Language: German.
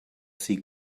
sie